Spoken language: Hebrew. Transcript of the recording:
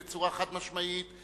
בצורה חד-משמעית,